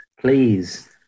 Please